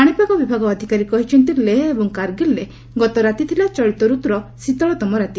ପାଣିପାଗ ବିଭାଗ ଅଧିକାରୀ କହିଛନ୍ତି ଲେହ୍ ଏବଂ କାର୍ଗିଲ୍ରେ ଗତରାତି ଥିଲା ଚଳିତ ଋତ୍ରର ଶୀତଳତମ ରାତି